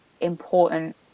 important